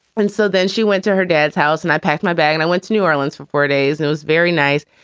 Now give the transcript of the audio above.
and so then she went to her dad's house and i packed my bag and i went to new orleans for four days it was very nice.